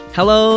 Hello